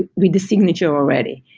we de signature already.